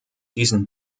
diesen